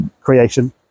creation